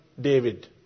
David